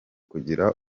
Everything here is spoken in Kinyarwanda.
kugira